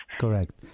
Correct